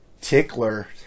Tickler